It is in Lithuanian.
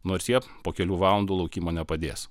nors jie po kelių valandų laukimo nepadės